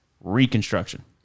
reconstruction